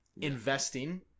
investing